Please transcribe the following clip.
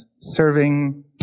serving